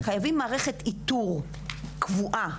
חייבים מערכת איתור קבועה,